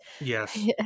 yes